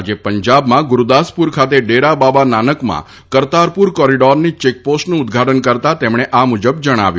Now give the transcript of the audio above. આજે પંજાબમાં ગુરૂદાસપુર ખાતે ડેરાબાબા નાનકમાં કરતારપુર કોરીડોરની ચેકપોસ્ટનું ઉદ્દઘાટન કરતાં તેમણે આ મુજબ જણાવ્યું